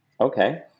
okay